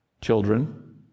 Children